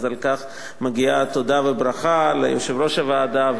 אז על כך מגיעה תודה וברכה ליושב-ראש הוועדה,